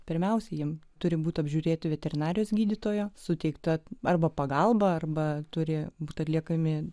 pirmiausia jiems turi būti apžiūrėti veterinarijos gydytojo suteikta arba pagalba arba turi būti atliekami